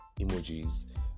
emojis